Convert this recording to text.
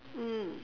mm